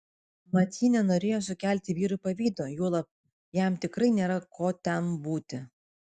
mat ji nenorėjo sukelti vyrui pavydo juolab jam tikrai nėra ko ten būti